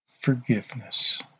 forgiveness